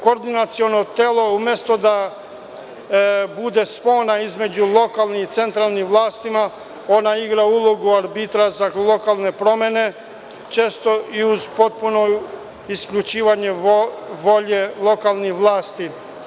Koordinaciono telo umesto da bude spona između lokalne i centralne vlasti, ona igra ulogu arbitra za lokalne promene, često i uz potpuno isključivanje volje lokalnih vlasti.